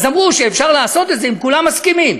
אמרו שאפשר לעשות את זה אם כולם מסכימים